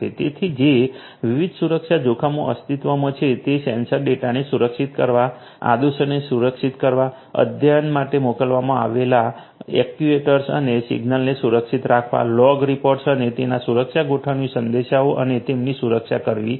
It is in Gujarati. તેથી જે વિવિધ સુરક્ષા જોખમો અસ્તિત્વમાં છે તે સેન્સર ડેટાને સુરક્ષિત કરવા આદેશોને સુરક્ષિત કરવા અધ્યયન માટે મોકલવામાં આવેલા એક્ટ્યુએટર્સ અને સિગ્નલોને સુરક્ષિત રાખવા લોગ રિપોર્ટ્સ અને તેમના સુરક્ષા ગોઠવણી સંદેશાઓ અને તેમની સુરક્ષા કરવી એ છે